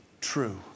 true